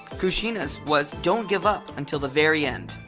kushina's was don't give up until the very end.